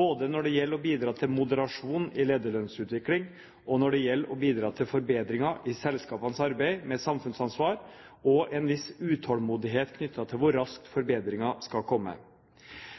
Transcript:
både når det gjelder å bidra til moderasjon i lederlønnsutviklingen, når det gjelder å bidra til forbedringer i selskapenes arbeid med samfunnsansvar, og en viss utålmodighet knyttet til hvor raskt